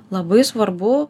labai svarbu